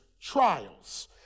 trials